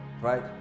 right